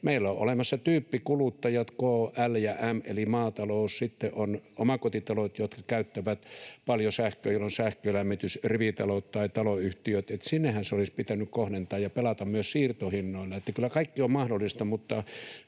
meillä on olemassa tyyppikuluttajat K, L ja M, eli maatalous, sitten on omakotitalot, jotka käyttävät paljon sähköä, joilla on sähkölämmitys, ja rivitalot tai taloyhtiöt. Sinnehän se olisi pitänyt kohdentaa ja pelata myös siirtohinnoilla. Eli kyllä kaikki on mahdollista, mutta